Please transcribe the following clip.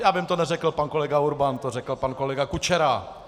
Já vím, to neřekl pan kolega Urban, to řekl pan kolega Kučera.